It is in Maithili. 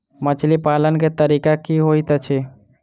मछली पालन केँ तरीका की होइत अछि?